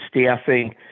staffing